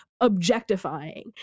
objectifying